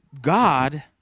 God